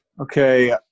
Okay